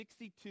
62